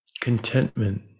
Contentment